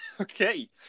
okay